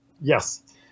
Yes